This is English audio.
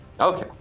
Okay